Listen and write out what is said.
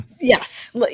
Yes